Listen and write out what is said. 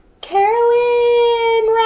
carolyn